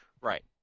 Right